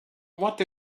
what